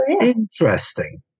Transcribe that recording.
Interesting